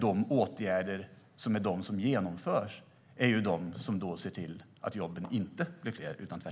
De åtgärder som vidtas är ju de som ser till att jobben inte blir fler, tvärtom.